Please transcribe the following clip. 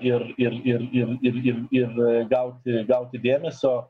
ir ir ir ir ir ir ir gauti gauti dėmesio